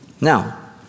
Now